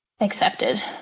accepted